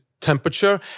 temperature